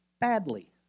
badly